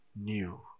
new